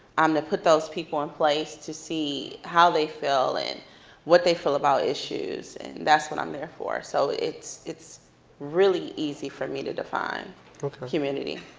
i'm gonna put those people in place to see how they feel and what they feel about issues. and that's what i'm there for. so it's it's really easy for me to define community.